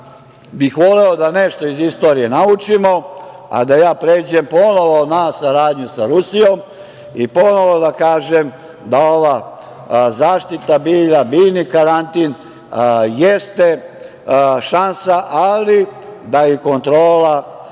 bih voleo da nešto iz istorije naučimo. Da ja pređem ponovo na saradnju sa Rusijom, i ponovo da kažem da ova zaštita bilja, biljni karantin, jeste šansa ali da je i kontrola